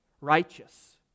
righteous